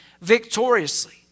victoriously